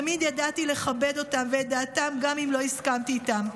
תמיד ידעתי לכבד אותם ואת דעתם גם אם לא הסכמתי איתם.